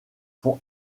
font